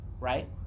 right